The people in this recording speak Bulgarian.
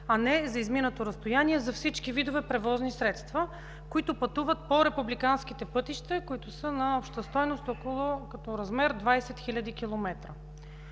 а не за изминато разстояние, за всички видове превозни средства, които пътуват по републиканските пътища, които са на обща стойност около, като размер, 20 хил. км.